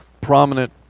prominent